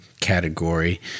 category